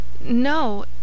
No